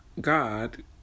God